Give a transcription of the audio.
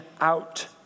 out